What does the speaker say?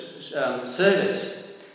service